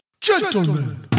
Gentlemen